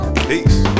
Peace